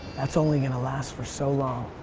that's only gonna last for so long.